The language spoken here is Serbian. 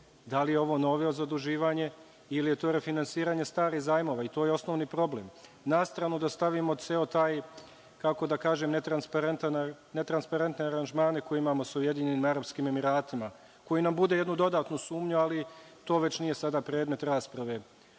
da li je ovo novo zaduživanje ili je to refinansiranje starih zajmova? To je osnovni problem. Na stranu da stavimo te netransparentne aranžmane koje imamo sa Ujedinjenim Arapskim Emiratima, koji nam bude jednu dodatnu sumnju, ali to već nije sada predmet rasprave